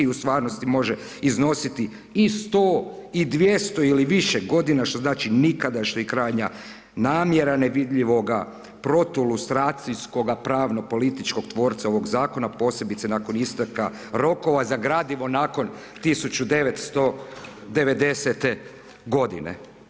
U stvarnosti može iznositi i 100 i 200 ili više godina što znači nikada što je i krajnja namjera nevidljivoga protu lustracijskog pravno-političkog tvorca ovog zakona posebice nakon isteka rokova za gradivo nakon 1990. godine.